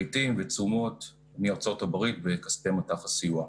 פריטים ותשומות מארצות הברית בכספי מט"ח הסיוע.